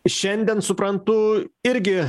šiandien suprantu irgi